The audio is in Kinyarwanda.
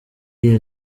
iyo